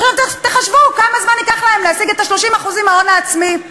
תחשבו כמה זמן ייקח להם להשיג את ה-30% להון העצמי.